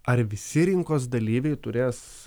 ar visi rinkos dalyviai turės